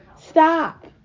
Stop